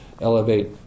elevate